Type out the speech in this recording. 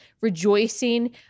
rejoicing